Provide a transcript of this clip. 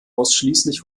ausschließlich